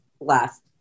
last